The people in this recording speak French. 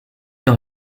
d’en